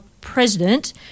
president